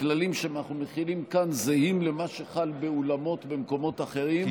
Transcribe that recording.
הכללים שאנחנו מחילים כאן זהים למה שחל באולמות במקומות אחרים,